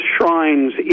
shrines